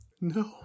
No